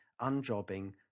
unjobbing